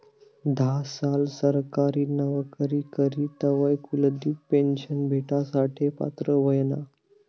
धा साल सरकारी नवकरी करी तवय कुलदिप पेन्शन भेटासाठे पात्र व्हयना